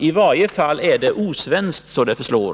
I varje fall är det osvenskt så det förslår.